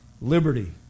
liberty